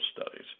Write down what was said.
studies